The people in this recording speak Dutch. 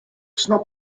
snap